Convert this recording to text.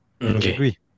agree